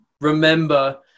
remember